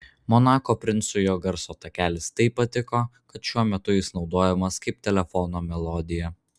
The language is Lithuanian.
monako princui jo garso takelis taip patiko kad šiuo metu jis naudojamas kaip telefono melodija